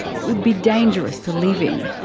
it would be dangerous to live in.